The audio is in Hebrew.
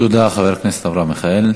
תודה, חבר הכנסת אברהם מיכאלי.